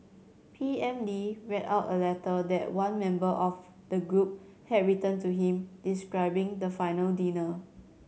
P M Lee read out a letter that one member of the group had written to him describing the final dinner